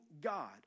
God